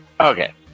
Okay